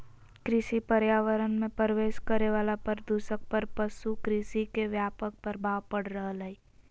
कृषि पर्यावरण मे प्रवेश करे वला प्रदूषक पर पशु कृषि के व्यापक प्रभाव पड़ रहल हई